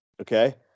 Okay